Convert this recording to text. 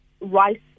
rice